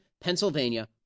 Pennsylvania